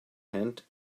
hand